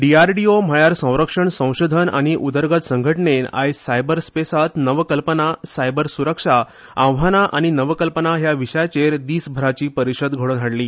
डीआरडीओ म्हळ्यार संरक्षण संशोधन आनी उदरगत संघटनेन आयज सायबर स्पेसांत नवकल्पना सायबर सुरक्षा आव्हानां आनी नवकल्पना ह्या विशयाचेर दिसभराची परीशद घडोवन हाडली